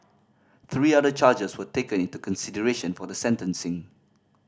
three other charges were taken into consideration for the sentencing